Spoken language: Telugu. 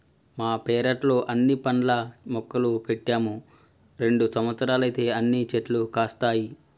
మా పెరట్లో అన్ని పండ్ల మొక్కలు పెట్టాము రెండు సంవత్సరాలైతే అన్ని చెట్లు కాస్తాయి